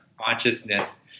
consciousness